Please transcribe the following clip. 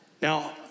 Now